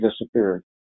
disappeared